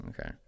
Okay